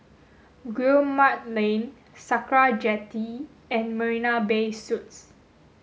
Guillemard Lane Sakra Jetty and Marina Bay Suites